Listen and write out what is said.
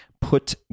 Put